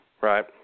right